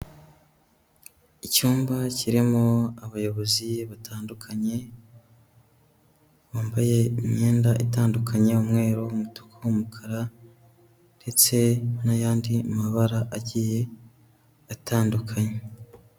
Icyumba kirimo abayobozi batandukanye, bambaye imyenda itandukanye: umweru, umutuku, umukara ndetse n'ayandi mabara agiye atandukanye.